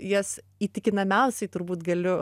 jas įtikinamiausiai turbūt galiu